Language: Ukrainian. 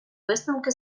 висновки